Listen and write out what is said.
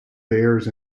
bears